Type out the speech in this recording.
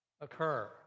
occur